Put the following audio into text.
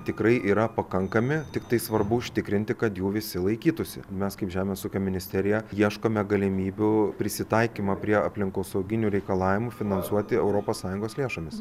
tikrai yra pakankami tiktai svarbu užtikrinti kad jų visi laikytųsi mes kaip žemės ūkio ministerija ieškome galimybių prisitaikymo prie aplinkosauginių reikalavimų finansuoti europos sąjungos lėšomis